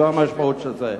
זה המשמעות של זה.